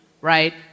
right